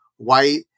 white